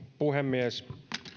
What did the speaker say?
puhemies